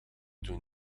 doe